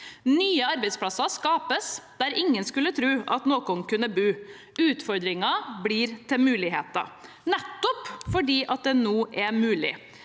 Nye arbeidsplasser skapes «der ingen skulle tru at nokon kunne bu». Utfordringer blir til muligheter nettopp fordi det nå er mulig.